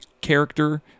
character